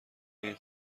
این